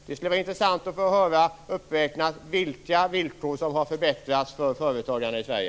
Det skulle vara intressant att få höra vilka villkor som har förbättrats för företagarna i Sverige.